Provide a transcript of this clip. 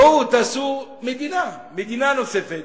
בואו תעשו מדינה, מדינה נוספת